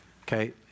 Okay